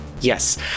Yes